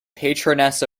patroness